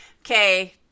Okay